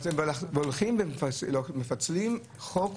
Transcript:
מפצלים חוק,